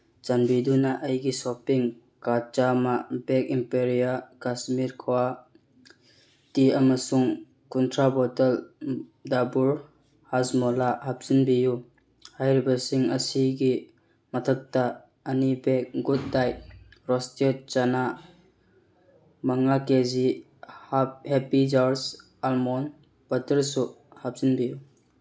ꯆꯥꯟꯕꯤꯗꯨꯅ ꯑꯩꯒꯤ shopping cart ꯆꯥꯝꯃ bag Imperia Kashmir kahwa tea ꯑꯃꯁꯨꯡ ꯀꯨꯟꯊ꯭ꯔꯥ ꯕꯣꯇꯜ ꯗꯥꯕꯨꯔ ꯍꯥꯁꯃꯣꯂꯥ ꯍꯥꯞꯆꯤꯟꯕꯤꯌꯨ ꯍꯥꯏꯔꯤꯕꯁꯤꯡ ꯑꯁꯤꯒꯤ ꯃꯊꯛꯇ ꯑꯅꯤ ꯕꯦꯛ ꯒꯨꯠꯗꯥꯏꯠ ꯔꯣꯁꯇꯦꯠ ꯆꯅꯥ ꯃꯉꯥ ꯀꯦ ꯖꯤ ꯍꯦꯄꯤ ꯖꯥꯔꯁ ꯑꯜꯃꯣꯟ ꯕꯠꯇꯔꯁꯨ ꯍꯥꯞꯆꯤꯟꯕꯤꯌꯨ